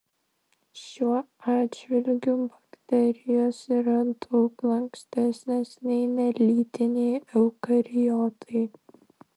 šiuo atžvilgiu bakterijos yra daug lankstesnės nei nelytiniai eukariotai